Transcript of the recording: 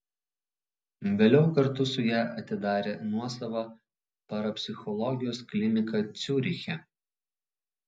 vėliau kartu su ja atidarė nuosavą parapsichologijos kliniką ciuriche